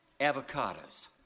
Avocados